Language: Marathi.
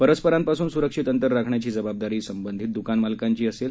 परस्परांपासून सुरक्षित अंतर राखण्याची जबाबदारी संबंधित द्कानमालकांची असेल